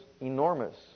enormous